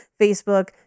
Facebook